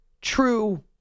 True